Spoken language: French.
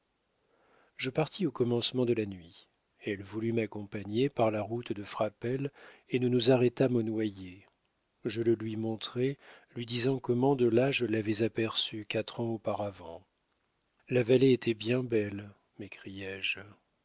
je partis au commencement de la nuit elle voulut m'accompagner par la route de frapesle et nous nous arrêtâmes au noyer je le lui montrai lui disant comment de là je l'avais aperçue quatre ans auparavant la vallée était bien belle